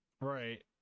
right